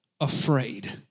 afraid